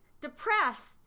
Depressed